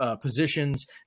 Positions